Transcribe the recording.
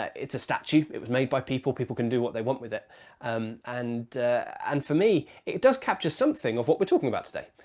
it's a statue. it was made by people. people can do what they want with it um and and for me it does capture something of what we're talking about today.